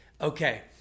Okay